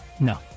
no